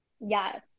yes